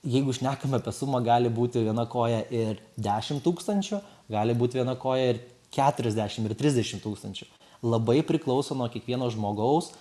jeigu šnekam apie sumą gali būti viena koja ir dešim tūkstančių gali būt viena koja ir keturiasdešim ir trisdešim tūkstančių labai priklauso nuo kiekvieno žmogaus